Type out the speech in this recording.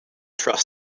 trust